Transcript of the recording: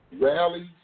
rallies